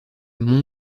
mon